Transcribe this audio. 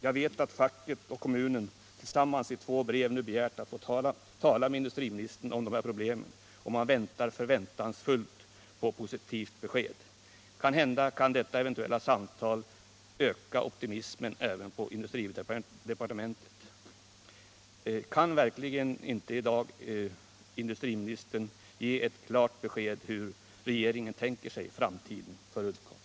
Jag vet att facket och kommunen tillsammans i två brev nu begärt att få tala med industriministern om de här problemen, och man väntar förväntansfullt på positivt besked. Kanhända detta eventuella samtal kan öka optimismen även på industridepartementet. Kan verkligen inte industriministern i dag ge ett klarare besked om hur regeringen tänker sig framtiden för Uddcomb?